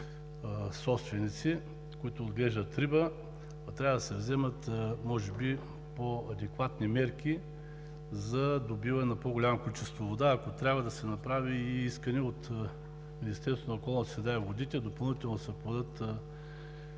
собственици, които отглеждат риба, а трябва да се вземат може би по-адекватни мерки за добиване на по-голямо количество вода, ако трябва да се направи и искане от Министерството на околната среда и водите допълнително да се подаде поток от